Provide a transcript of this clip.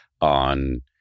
on